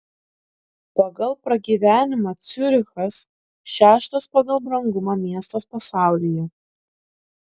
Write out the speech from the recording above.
pagal pragyvenimą ciurichas šeštas pagal brangumą miestas pasaulyje